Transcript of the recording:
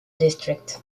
district